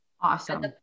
awesome